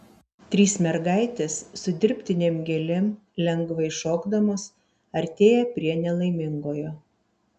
trys mergaitės su dirbtinėm gėlėm lengvai šokdamos artėja prie nelaimingojo